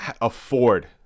afford